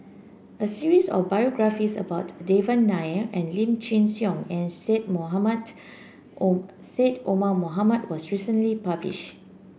a series of biographies about Devan Nair Lim Chin Siong and Syed Mohamed Omar Syed Omar Mohamed was recently published